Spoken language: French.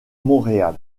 montréal